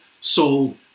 sold